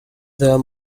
their